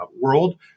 world